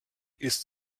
ist